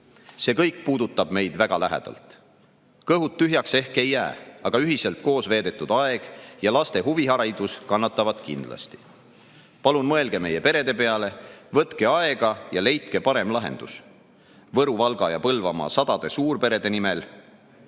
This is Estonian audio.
See kõik puudutab meid väga lähedalt. Kõhud tühjaks ehk ei jää, aga ühiselt koosveedetud aeg ja laste huviharidus kannatavad kindlasti. Palun mõelge meie perede peale, võtke aega ja leidke parem lahendus! Võru‑, Valga‑ ja Põlvamaa sadade suurperede nimel